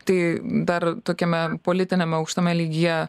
tai dar tokiame politiniame aukštame lygyje